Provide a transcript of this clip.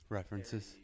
References